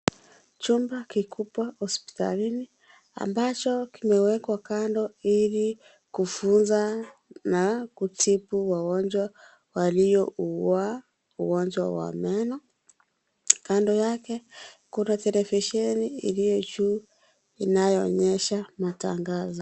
Chumba kikubwa hospitalini ambacho kimewekwa kando ili kufunza na kutibu wagonjwa waliougua ugonjwa wa meno kando yake kuna televisheni iliyo juu inayoonyesha matangazo.